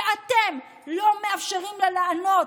ואתם לא מאפשרים לה לענות.